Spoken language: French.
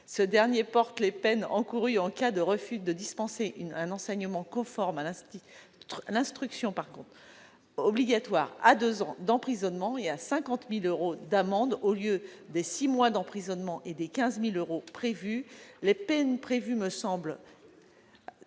vise à porter les peines encourues en cas de refus de dispenser un enseignement conforme à l'instruction obligatoire à deux ans d'emprisonnement et à 50 000 euros d'amende. Les six mois d'emprisonnement et 15 000 euros d'amende prévus me semblent